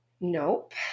Nope